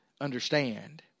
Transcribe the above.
understand